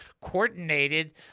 coordinated